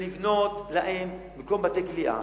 לבנות להם במקום בתי כליאה,